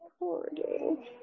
recording